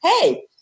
hey